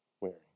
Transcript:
wearing